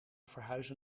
verhuizen